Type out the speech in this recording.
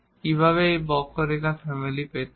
কীভাবে এই কার্ভ ফ্যামিলিটি পেতে হয়